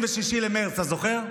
26 במרץ, אתה זוכר?